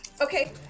Okay